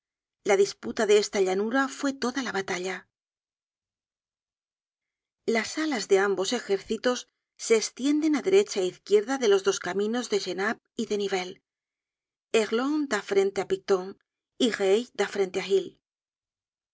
la disputa de esta llanura fue toda la batalla las alas de ambos ejércitos se estienden á derecha é izquierda de los dos caminos de genappe y de nivelles erlon da frente á picton y reille da frente á hill